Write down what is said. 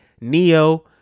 Neo